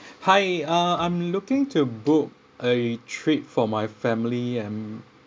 hi uh I'm looking to book a trip for my family and